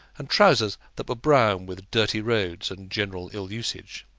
and trousers that were brown with dirty roads and general ill-usage.